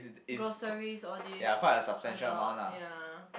groceries all these a lot ya